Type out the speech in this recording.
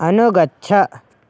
अनुगच्छ